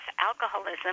alcoholism